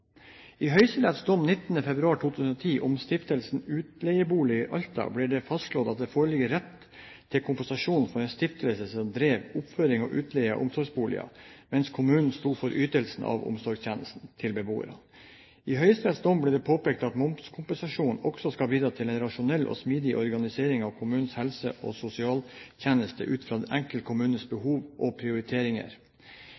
I Høyesteretts dom 19. februar 2010 om Stiftelsen Utleieboliger Alta ble det fastslått at det foreligger rett til kompensasjon for en stiftelse som drev oppføring og utleie av omsorgsboliger, mens kommunen sto for ytelsen av omsorgstjenesten til beboerne. I Høyesteretts dom ble det påpekt at momskompensasjon også skal bidra til en rasjonell og smidig organisering av kommunens helse- og sosialtjenester ut fra den enkelte kommunes